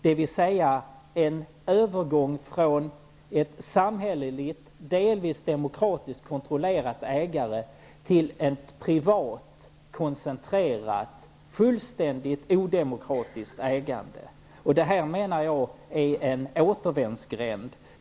Det sker alltså en övergång från ett samhälleligt, delvis demokratiskt, kontrollerat ägande till ett privat, koncentrerat, fullständigt odemokratiskt ägande. Det här är en återvändsgränd.